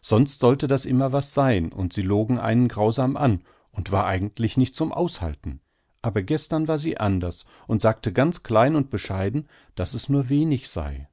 sonst sollte das immer was sein und sie logen einen grausam an und war eigentlich nicht zum aushalten aber gestern war sie anders und sagte ganz klein und bescheiden daß es nur wenig sei